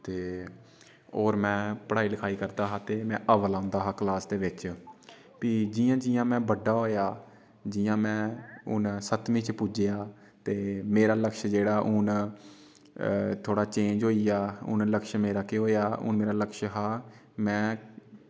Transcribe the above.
ते होर में पढ़ाई लखाई करदा हा ते में अव्वल औंदा हा क्लास दे बिच्च फ्ही जि'यां जि'यां में बड्डा होएआ जि'यां में हून सत्तमीं च पुज्जेआ ते मेरा लक्ष्य जेह्ड़ा हून थोह्ड़ा चेंज होई गेआ हून लक्ष्य मेरा केह् होएआ हून मेरा लक्ष्य हा में